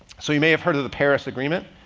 so you may have heard of the paris agreement.